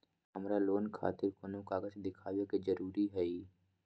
हमरा लोन खतिर कोन कागज दिखावे के जरूरी हई?